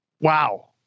Wow